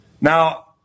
Now